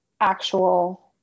actual